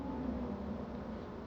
mm